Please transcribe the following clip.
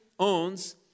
Owns